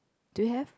do you have